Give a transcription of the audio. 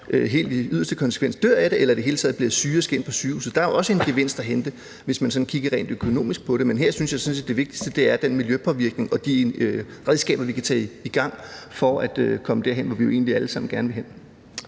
i yderste konsekvens så ikke dør af det eller i det hele taget bliver syge og skal ind på sygehuset. Der er jo også en gevinst at hente, hvis man kigger rent økonomisk på det. Men her synes jeg sådan set, det vigtigste er miljøpåvirkningen og de redskaber, vi kan tage i brug for at komme derhen, hvor vi egentlig alle sammen gerne vil hen.